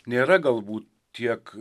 nėra galbūt tiek